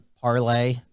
parlay